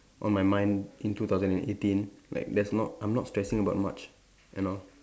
on my mind in two thousand and eighteen like there's not I'm not stressing about much you know